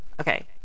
okay